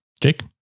Jake